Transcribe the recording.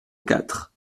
quatre